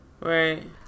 Right